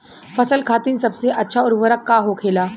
फसल खातीन सबसे अच्छा उर्वरक का होखेला?